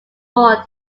more